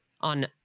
on